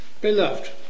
Beloved